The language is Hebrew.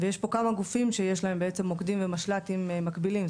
ויש פה כמה גופים שיש להם בעצם מוקדים ומשל"טים מקבילים.